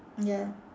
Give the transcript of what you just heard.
ya